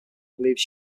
believes